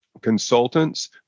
consultants